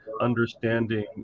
understanding